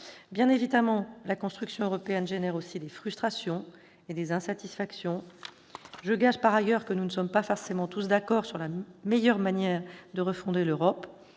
Bien évidemment, la construction européenne crée aussi des frustrations et des insatisfactions. Je gage que nous ne sommes pas forcément tous d'accord sur la meilleure manière de refonder l'Europe.